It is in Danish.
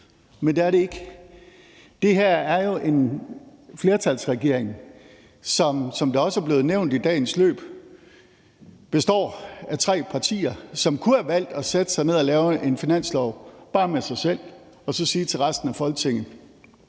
men det er det ikke. Det her er jo en flertalsregering, der, som det også er blevet nævnt i dagens løb, består af tre partier, som kunne have valgt at sætte sig ned og lave en finanslov bare med sig selv og så sige til resten af Folketinget: